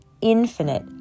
infinite